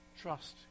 Trust